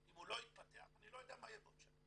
אם הוא לא יתפתח אני לא יודע מה יהי בעוד שנה.